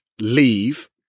leave